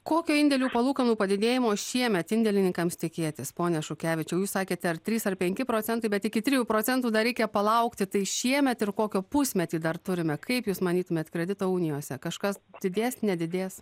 kokio indėlių palūkanų padidėjimo šiemet indėlininkams tikėtis pone šukevičiau jūs sakėte ar trys ar penki procentai bet iki trijų procentų dar reikia palaukti tai šiemet ir kokio pusmetį dar turime kaip jūs manytumėt kredito unijose kažkas didės nedidės